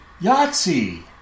Yahtzee